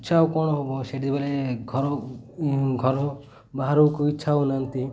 ଇଚ୍ଛା ଆଉ କ'ଣ ହବ ସେଠି ବେଲେ ଘର ଘର ବାହାରକୁ ଇଚ୍ଛା ହଉ ନାହାନ୍ତି